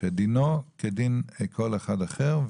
שדינו כדין כל אחד אחר,